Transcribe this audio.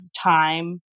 time